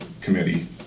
committee